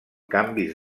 canvis